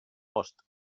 post